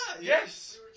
Yes